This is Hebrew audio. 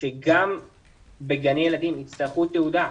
שגם בגני ילדים יצטרכו תעודה?